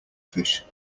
fish